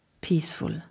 peaceful